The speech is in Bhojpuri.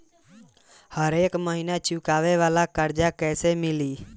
हरेक महिना चुकावे वाला कर्जा कैसे मिली?